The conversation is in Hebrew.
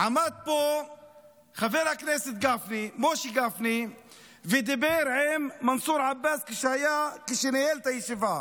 עמד פה חבר הכנסת משה גפני ודיבר עם מנסור עבאס כשניהל את הישיבה,